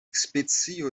specio